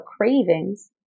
cravings